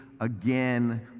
again